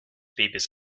babys